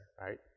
right